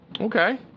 Okay